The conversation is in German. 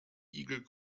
igel